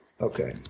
Okay